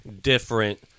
different